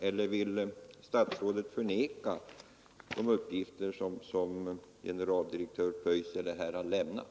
Eller vill statsrådet bestrida de uppgifter som generaldirektör Pöysälä här har lämnat?